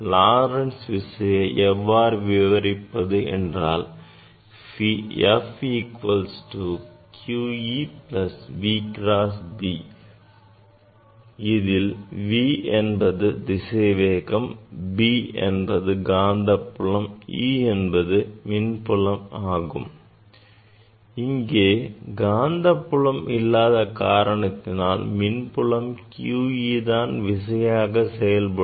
Lorentz விசையைத் எவ்வாறு விவரிப்பது என்றால் F equal to q E plus V cross B இதில் V என்பது திசைவேகம் B என்பது காந்தப்புலம் e என்பது மின்புலம் ஆகும் இங்கே காந்நபுலம் இல்லாத காரணத்தினால் மின் புலம் qE தான் விசையாக செயல்படும்